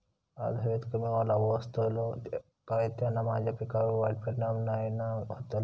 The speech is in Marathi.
आज हवेत कमी ओलावो असतलो काय त्याना माझ्या पिकावर वाईट परिणाम नाय ना व्हतलो?